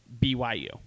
byu